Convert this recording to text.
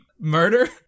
Murder